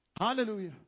Hallelujah